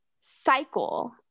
cycle